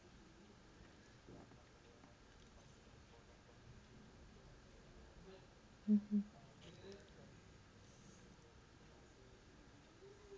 mmhmm